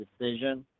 decision